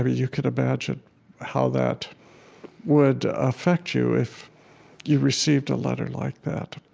ah you can imagine how that would affect you if you received a letter like that.